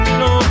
no